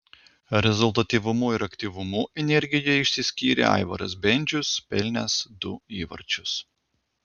rezultatyvumu ir aktyvumu energijoje išsiskyrė aivaras bendžius pelnęs du įvarčius